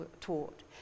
taught